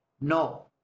No